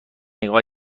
نگاه